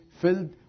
filled